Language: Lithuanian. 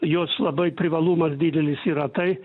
jos labai privalumas didelis yra tai